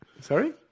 Sorry